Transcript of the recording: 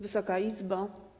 Wysoka Izbo!